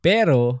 Pero